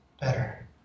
better